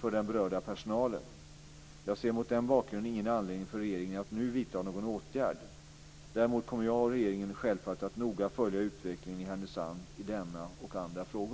för den berörda personalen. Jag ser mot den bakgrunden ingen anledning för regeringen att nu vidta någon åtgärd. Däremot kommer jag och regeringen självfallet att noga följa utvecklingen i Härnösand i denna och andra frågor.